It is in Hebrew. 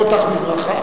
הוא מקדם אותך בברכה.